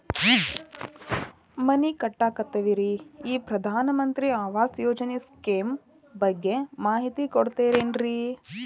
ಮನಿ ಕಟ್ಟಕತೇವಿ ರಿ ಈ ಪ್ರಧಾನ ಮಂತ್ರಿ ಆವಾಸ್ ಯೋಜನೆ ಸ್ಕೇಮ್ ಬಗ್ಗೆ ಮಾಹಿತಿ ಕೊಡ್ತೇರೆನ್ರಿ?